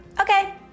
Okay